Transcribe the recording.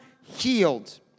healed